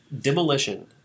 demolition